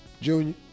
Junior